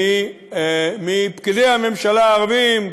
מפקידי הממשלה הערבים,